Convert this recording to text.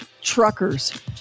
Truckers